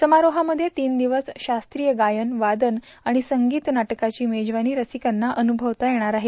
समारोहामध्ये तीन दिवस शास्त्रीय गायन वादन आणि संगीत नाटकाची मेजवानी रसिकांना अन्रभवता येणार आहे